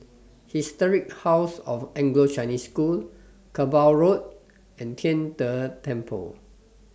Historic House of Anglo Chinese School Kerbau Road and Tian De Temple